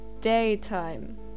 daytime